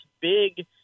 big